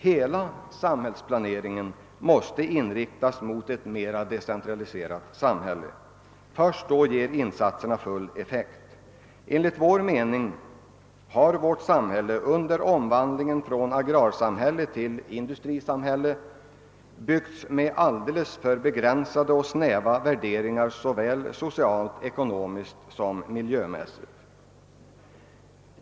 Hela samhällsplaneringen måste inriktas mot ett mera decentraliserat samhälle. Först då ger insatserna full effekt. Enligt centerpartiets mening har vårt samhälle under omvandlingen från agrartill industrisamhälle byggts med alltför begränsade och snäva värderingar såväl socialt som ekonomiskt och miljömässigt.